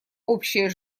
общее